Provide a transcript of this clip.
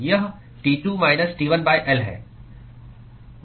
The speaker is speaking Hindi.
यह T2 माइनस T1 L है